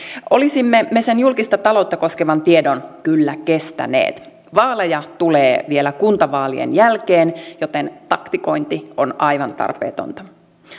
olisimme me sen julkista taloutta koskevan tiedon kyllä kestäneet vaaleja tulee vielä kuntavaalien jälkeen joten taktikointi on aivan tarpeetonta